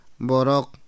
Borok